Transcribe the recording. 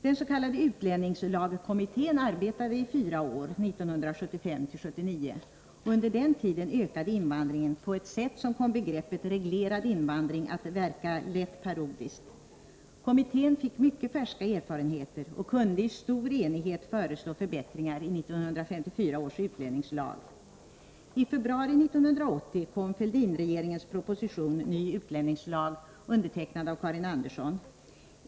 Den s.k. utlänningslagkommittén arbetade i fyra år — 1975-1979. Under denna tid ökade invandringen på ett sätt som kom begreppet reglerad invandring att verka lätt parodiskt. Kommittén fick mycket färska erfarenheter och kunde i stor enighet föreslå förbättringar i 1954 års utlänningslag. I februari 1980 kom Fälldinregeringens proposition, ny utlänningslag, undertecknad av Karin Andersson.